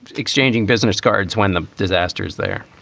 exchanging business cards when the disasters they're